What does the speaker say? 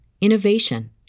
innovation